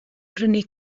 brynu